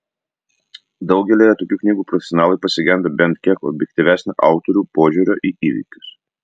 daugelyje tokių knygų profesionalai pasigenda bent kiek objektyvesnio autorių požiūrio į įvykius